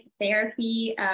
therapy